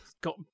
got